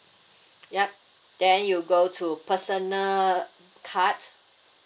yup then you go to personal cards